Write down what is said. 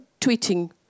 tweeting